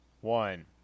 one